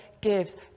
gives